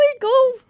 go